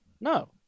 No